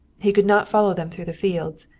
he could not follow them through the fields.